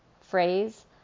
phrase